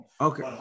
Okay